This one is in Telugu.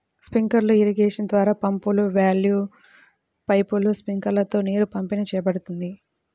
స్ప్రింక్లర్ ఇరిగేషన్ ద్వారా పంపులు, వాల్వ్లు, పైపులు, స్ప్రింక్లర్లతో నీరు పంపిణీ చేయబడుతుంది